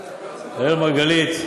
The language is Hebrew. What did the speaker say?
אראל מרגלית,